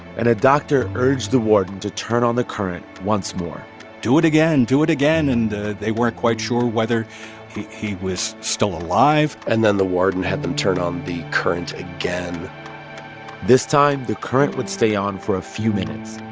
and a doctor urged the warden to turn on the current once more do it again. do it again. and they weren't quite sure whether he was still alive and then the warden had them turn on the current again this time, the current would stay on for a few minutes.